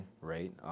right